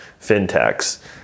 FinTechs